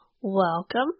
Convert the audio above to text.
welcome